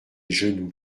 genoux